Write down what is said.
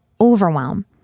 overwhelm